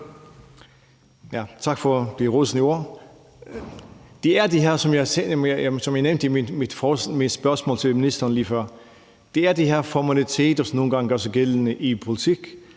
Tak for de rosende ord. Det er, som jeg nævnte i mit spørgsmål til ministeren lige før, de her formaliteter, som nogle gange gør sig gældende i politik,